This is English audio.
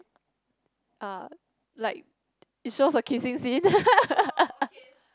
like it shows a kissing scene